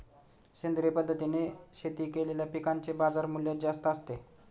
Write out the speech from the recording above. सेंद्रिय पद्धतीने शेती केलेल्या पिकांचे बाजारमूल्य जास्त असते